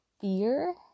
fear